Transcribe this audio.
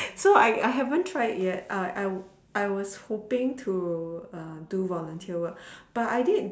so I I haven't try it yet I I was hoping to um do volunteer work but I did